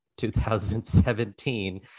2017